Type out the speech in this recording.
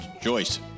Joyce